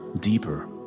deeper